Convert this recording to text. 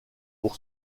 pour